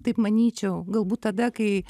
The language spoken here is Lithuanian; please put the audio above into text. taip manyčiau galbūt tada kai